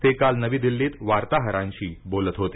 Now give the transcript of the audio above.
ते काल नवी दिल्लीत वार्ताहरांशी बोलत होते